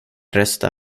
rösta